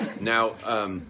Now